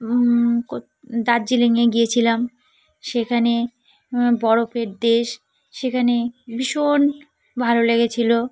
তো দার্জিলিংয়ে গিয়েছিলাম সেখানে বরফের দেশ সেখানে ভীষণ ভালো লেগেছিলো